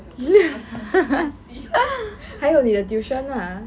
还有你的 tuition lah